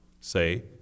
Say